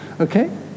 Okay